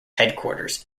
headquarters